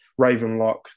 Ravenlock